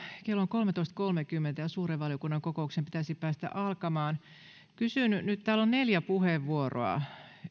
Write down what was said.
kello on kolmetoista kolmekymmentä ja suuren valiokunnan kokouksen pitäisi päästä alkamaan täällä on nyt neljä puheenvuoroa